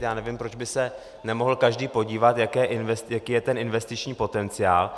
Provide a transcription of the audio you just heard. Já nevím, proč by se nemohl každý podívat, jaký je ten investiční potenciál.